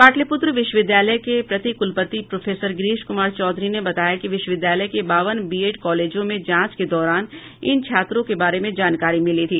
पाटलिपुत्र विश्वविद्यालय के प्रतिकुलपति प्रोफेसर गिरीश कुमार चौधरी ने बताया कि विश्वविद्यालय के बावन बीएड कॉलेजों में जांच के दौरान इन छात्रों के बारे में जानकारी मिली थी